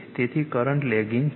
તેથી current lagging છે